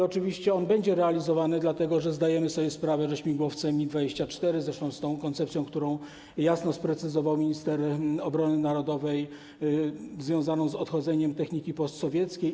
Oczywiście on będzie realizowany, dlatego że zdajemy sobie sprawę, że śmigłowce MiG-24, zresztą z tą koncepcją, którą jasno sprecyzował minister obrony narodowej, związaną z odchodzeniem od techniki postsowieckiej.